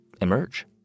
emerge